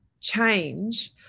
change